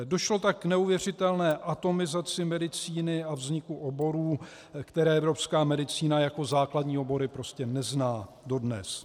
Došlo tak k neuvěřitelné atomizaci medicíny a vzniku oborů, které evropská medicína jako základní obory nezná dodnes.